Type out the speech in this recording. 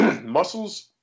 muscles